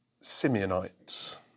Simeonites